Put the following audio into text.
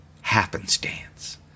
happenstance